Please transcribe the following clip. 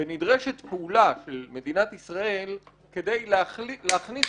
ונדרשת פעולה של מדינת ישראל כדי להכניס